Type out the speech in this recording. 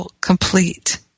complete